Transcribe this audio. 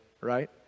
right